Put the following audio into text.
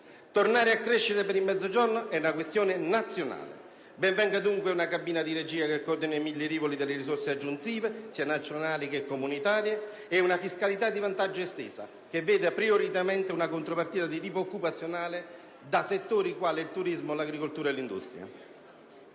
Tornare a crescere per il Mezzogiorno è una questione nazionale. Ben venga dunque una cabina di regia che coordini i mille rivoli delle risorse aggiuntive, sia nazionali che comunitarie, ed una fiscalità di vantaggio estesa che veda prioritariamente una contropartita di tipo occupazionale da settori quali il turismo, l'agricoltura e l'industria.